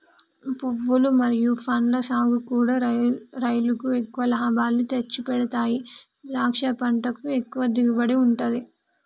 పువ్వులు మరియు పండ్ల సాగుకూడా రైలుకు ఎక్కువ లాభాలు తెచ్చిపెడతాయి ద్రాక్ష పంటకు ఎక్కువ దిగుబడి ఉంటది